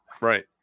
right